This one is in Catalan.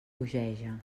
bogeja